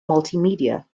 multimedia